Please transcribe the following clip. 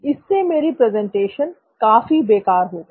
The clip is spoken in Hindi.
इससे मेरी प्रेजेंटेशन काफी बेकार हो गई